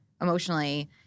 emotionally